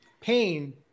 pain